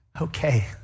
okay